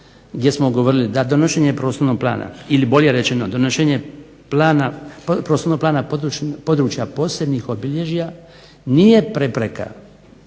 gdje smo govorili da donošenje prostornog plana ili bolje rečeno donošenje plana područja posebnih obilježja nije prepreka